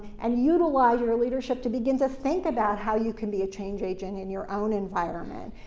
and utilize your leadership to begin to think about how you can be a change agent in your own environment.